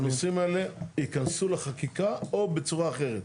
הנושאים האלה ייכנסו לחקיקה או בצורה אחרת.